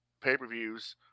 pay-per-views